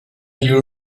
year